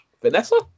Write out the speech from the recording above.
Vanessa